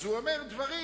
אז הוא אומר דברים